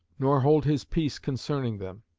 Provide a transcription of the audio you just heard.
nor hold his peace concerning them.